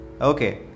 okay